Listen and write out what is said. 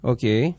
Okay